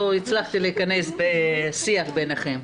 לא הצלחתי להיכנס בשיח ביניכם.